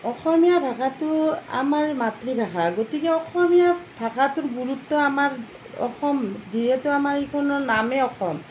অসমীয়া ভাষাটো আমাৰ মাতৃভাষা গতিকে অসমীয়া ভাষাটোৰ গুৰুত্ব আমাৰ অসম যিহেতু আমাৰ এইখনৰ নামে অসম